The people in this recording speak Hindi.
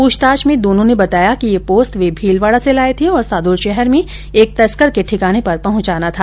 पूछताछ में दोनों ने बताया कि यह पोस्त वे भीलवाड़ा से लाये थे और सादुलशहर मे एक तस्कर के ठिकाने पर पहुंचाना था